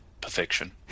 perfection